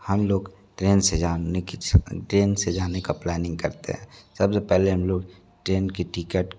हम लोग ट्रेन से जानने की छ ट्रेन से जाने का प्लानिंग करते हैं सबसे पहले हम लोग ट्रेन की टिकट